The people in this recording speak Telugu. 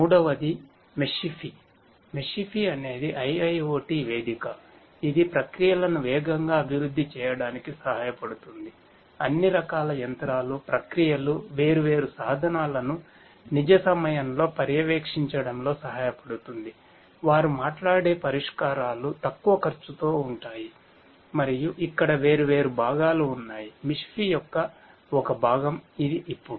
మూడవది మెషిఫై యొక్క ఒక భాగం ఇది ఇప్పుడు